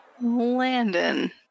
Landon